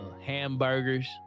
hamburgers